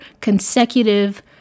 consecutive